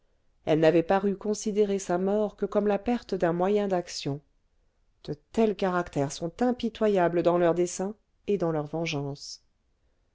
elle n'avait paru considérer sa mort que comme la perte d'un moyen d'action de tels caractères sont impitoyables dans leurs desseins et dans leur vengeance